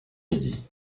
midi